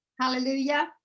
Hallelujah